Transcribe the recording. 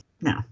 No